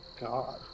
God